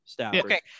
okay